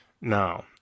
Now